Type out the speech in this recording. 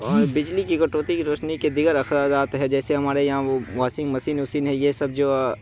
اور بجلی کی کٹوتی کی روشنی کے دیگر اخراجات ہے جیسے ہمارے یہاں وہ واسنگ مسین وسین ہے یہ سب جو